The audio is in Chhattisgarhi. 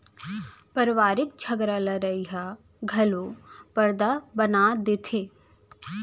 परवारिक झगरा लड़ई ह घलौ परदा बना देथे